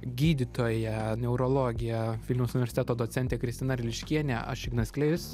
gydytoja neurologė vilniaus universiteto docentė kristina riliškienė aš ignas klėjus